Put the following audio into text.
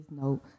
no